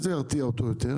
מה ירתיע אותו יותר?